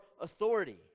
authority